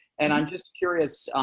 and i'm just curious,